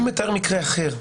אני מתאר מקרה אחר.